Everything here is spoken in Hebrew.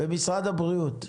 במשרד הבריאות.